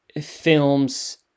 films